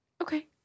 Okay